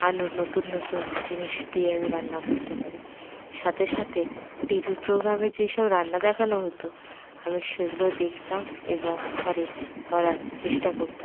আরও নতুন নতুন জিনিস দিয়ে আমি রান্না করতে পারি সাথে সাথে টিভি প্রোগ্রামে যেসব রান্না দেখানো হতো আমি সেগুলো দেখতাম এবং ঘরে করার চেষ্টা করতাম